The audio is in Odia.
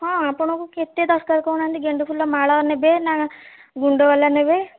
ହଁ ଆପଣଙ୍କୁ କେତେ ଦରକାର କହୁନାହାଁନ୍ତି ଗେଣ୍ଡୁ ଫୁଲମାଳ ନେବେ ନା ଗୁଣ୍ଡବାଲା ନେବେ